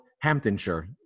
Hamptonshire